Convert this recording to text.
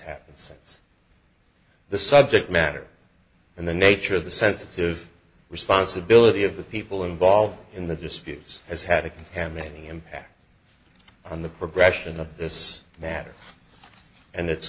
happened since the subject matter and the nature of the sensitive responsibility of the people involved in the disputes has had a contaminating impact on the progression of this matter and it